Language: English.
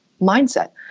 mindset